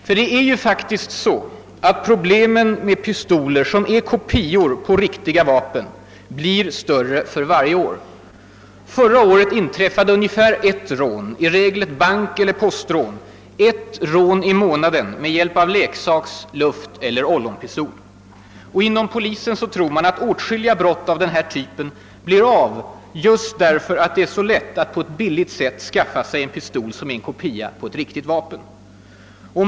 Ty det är ju faktiskt så, att problemen med pistoler, som är kopior av riktiga vapen, blir större för varje år. Förra året inträffade ungefär ett rån, i regel bankeller postrån, i månaden med hjälp av leksaks-, lufteller ollonpistol. Och inom polisen tror man att åtskilliga brott av den här typen blir av just därför att det är så lätt att på ett billigt sätt skaffa sig en pistol som är en kopia av ett riktigt vapen.